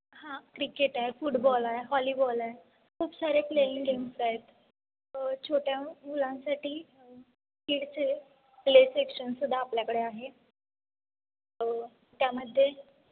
हां क्रिकेट आहे फुटबॉल आहे हॉलीबॉल आहे खूप सारे प्ले गेम्स आहेत छोट्या मुलांसाठी किडचे प्ले सेक्शनसुद्धा आपल्याकडे आहेत त्यामध्ये